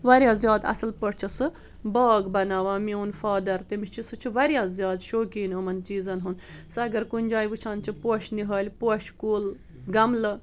واریاہ زیادٕ اصل پٲٹھۍ چھُ سُہ باغ بناوان میون فادر تٔمِس چھُ سُہ چھُ واریاہ زیادٕ شوقین یِمن چیزن ہنٛد سُہ اگر کُنۍ جاے وٕچھان چھُ پوشہٕ نِہٕل پوشہ کُل گٔملہٕ